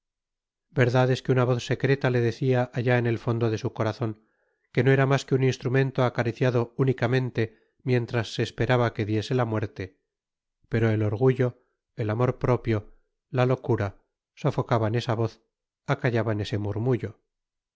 verdad es que una voz secreta le decia allá en el fondo de su corazon que no era mas que un instrumento acariciado únicamente mientras se esperaba que diese la muerte pero el orgullo el amor propio la locura sofocaban esa voz acallaban ese murmullo